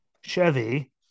Chevy